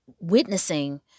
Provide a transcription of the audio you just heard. witnessing